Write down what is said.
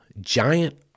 giant